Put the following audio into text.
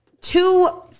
two